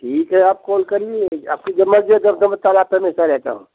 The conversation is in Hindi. ठीक है आप कॉल करिए आपकी जब मर्जी हो जब तब रहता हूँ